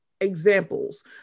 examples